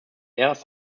airs